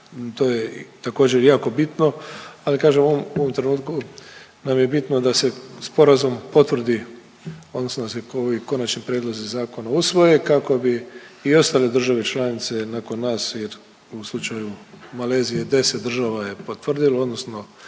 To je također jako bitno, ali kažem u ovom, u ovom trenutku nam je bitno da se sporazum potvrdi odnosno da se ovi konačni prijedlozi zakona usvoje kako bi i ostale države članice nakon nas jer u slučaju Malezije 10 država je potvrdilo odnosno